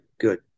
good